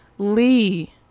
Lee